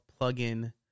plugin